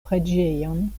preĝejon